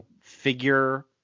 figure